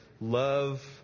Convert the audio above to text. love